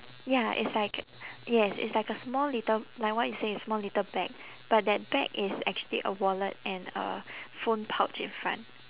ya it's like yes it's like a small little like what you say it's small little bag but that bag is actually a wallet and a phone pouch in front